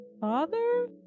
Father